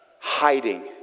hiding